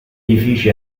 edifici